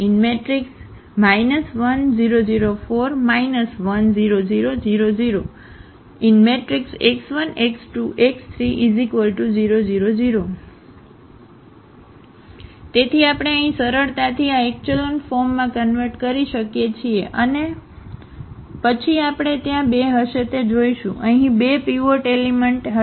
1 0 0 4 1 0 0 0 0 x1 x2 x3 0 0 0 તેથી આપણે અહીં સરળતાથી આ એક્ચેલોન ફોર્મમાં કન્વર્ટ કરી શકીએ છીએ અને પછી આપણે ત્યાં 2 હશે તે જોશું અહીં 2 પીવોર્ટ એલિમેન્ટ હશે